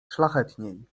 szlachetniej